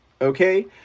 Okay